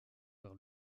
par